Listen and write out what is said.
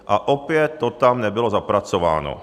A opět to tam nebylo zapracováno.